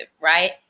right